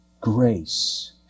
grace